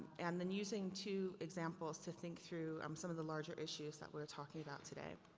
and then using two examples to think through um some of the larger issues that we are talking about today.